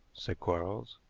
said quarles.